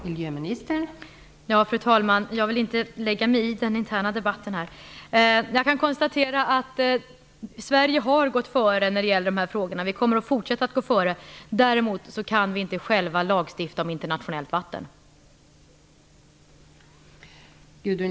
Fru talman! Jag vill inte lägga mig i den interna debatten. Jag kan konstatera att Sverige har gått före i dessa frågor. Vi kommer att fortsätta att gå före. Däremot kan vi inte själva lagstifta om internationellt vatten.